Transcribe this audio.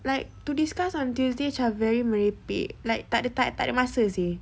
like to discuss on tuesday macam very merepek like tak ada tak ada masa seh